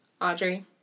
Audrey